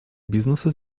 бизнеса